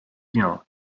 bien